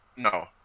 no